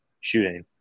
Shooting